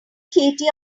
katie